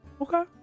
okay